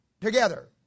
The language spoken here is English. together